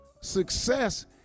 success